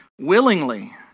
willingly